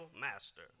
master